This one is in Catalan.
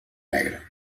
negre